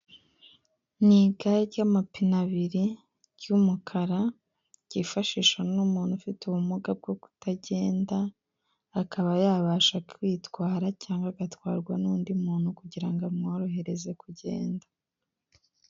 Ni igare ry'amapine abiri, ry'umukara ryifashishwa n'umuntu ufite ubumuga bwo kutagenda akaba yabasha kwitwara cyangwa agatwarwa n'undi muntu kugira ngo amworohereze kugenda.